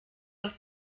noch